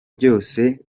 byose